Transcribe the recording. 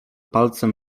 palcem